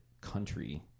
country